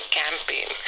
campaign